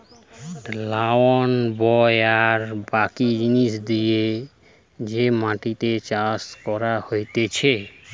লাঙল বয়ে আর বাকি জিনিস দিয়ে যে মাটিতে চাষ করা হতিছে